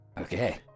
okay